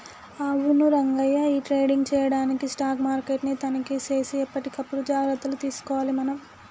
అవును రంగయ్య ఈ ట్రేడింగ్ చేయడానికి స్టాక్ మార్కెట్ ని తనిఖీ సేసి ఎప్పటికప్పుడు జాగ్రత్తలు తీసుకోవాలి మనం